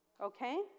Okay